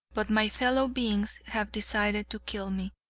but my fellow beings have decided to kill me,